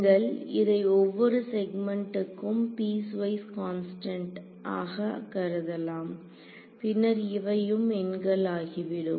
நீங்கள் இதை ஒவ்வொரு செக்மென்ட்டுக்கும் பீஸ் வைஸ் கான்ஸ்டன்ட் ஆக கருதலாம் பின்னர் இவையும் எண்கள் ஆகிவிடும்